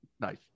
nice